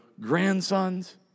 grandsons